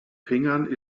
fingern